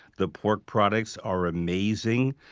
the pork products are amazing.